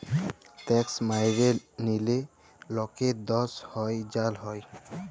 tax ম্যাইরে লিলে লকের দস হ্যয় জ্যাল হ্যয়